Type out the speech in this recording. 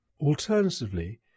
Alternatively